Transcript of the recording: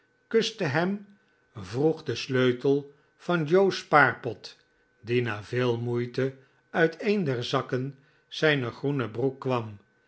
kuste hem vroeg den sleutel van joe's spaarpot die na veel moeite uit een der zakken zijner groene broek kwam